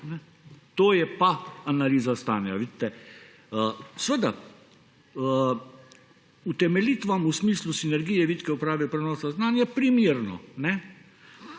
To je pa analiza stanja, vidite. Seveda utemeljitvam v smislu sinergije, vitke uprave, prenosa znanja primerna.